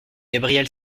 gabriel